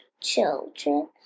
children